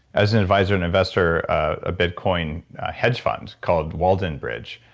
as an advisor and investor a bitcoin hedge fund called walden bridge.